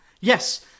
Yes